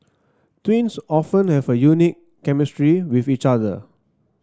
twins often have a unique chemistry with each other